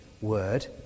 word